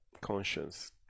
Conscience